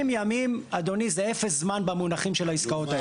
90 ימים זה אפס זמן במונחים של העסקאות האלה.